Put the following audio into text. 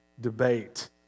debate